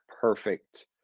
perfect